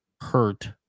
hurt